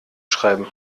schreiben